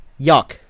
yuck